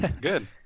good